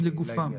לגופם.